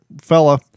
fella